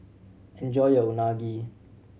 enjoy your Unagi